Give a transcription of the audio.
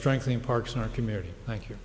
strengthening parks in our community thank you